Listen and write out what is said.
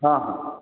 हाँ हाँ हाँ